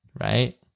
right